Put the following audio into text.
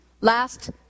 last